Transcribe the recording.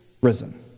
Risen